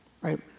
Right